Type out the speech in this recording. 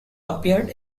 appeared